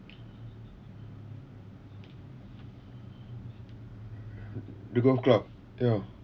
the golf club ya